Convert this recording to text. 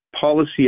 policy